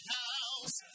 house